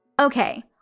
Okay